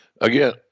Again